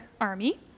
army